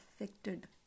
affected